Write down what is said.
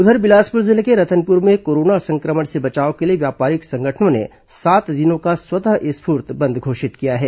उधर बिलासपुर जिले के रतनपुर में कोरोना सं क्र मण से बचाव के लिए व्यापारिक संगठनों ने सात दिनों का स्वतः स्फूर्त बंद घोषित किया है